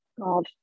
God